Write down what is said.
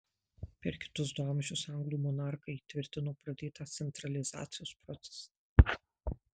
per kitus du amžius anglų monarchai įtvirtino pradėtą centralizacijos procesą